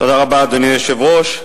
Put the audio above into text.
אדוני היושב-ראש,